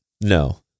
No